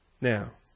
Now